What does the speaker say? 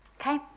Okay